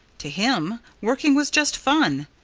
to him, working was just fun.